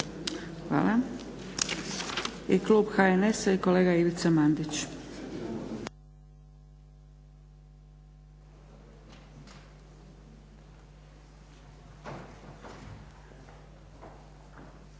Hvala. I klub HNS-a i kolega Ivica Mandić.